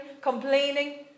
complaining